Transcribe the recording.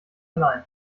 allein